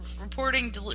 reporting